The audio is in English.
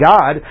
God